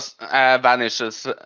vanishes